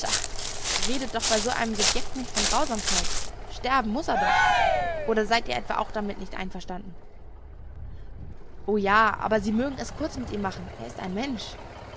redet doch bei so einem subjekte nicht von grausamkeit sterben muß er doch oder seid ihr etwa auch damit nicht einverstanden o ja aber sie mögen es kurz mit ihm machen er ist ein mensch